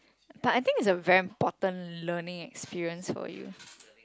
but I think it's a very important learning experience for you